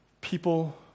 people